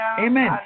Amen